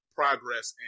progress